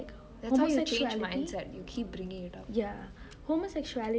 that's how you change mindset you keep bringing it up